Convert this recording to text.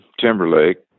Timberlake